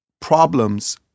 problems